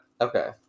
Okay